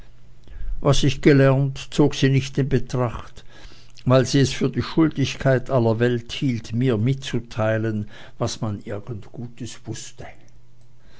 was ich gelernt zog sie nicht in betracht weil sie es für die schuldigkeit aller welt hielt mir mitzuteilen was man irgend gutes wußte